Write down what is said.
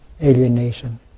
alienation